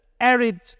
arid